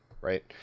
right